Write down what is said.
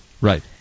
Right